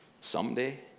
someday